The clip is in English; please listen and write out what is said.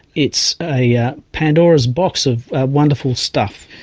it's a yeah pandora's box of wonderful stuff.